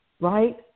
right